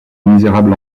misérables